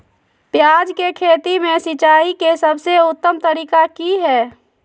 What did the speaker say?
प्याज के खेती में सिंचाई के सबसे उत्तम तरीका की है?